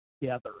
together